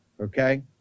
Okay